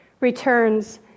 returns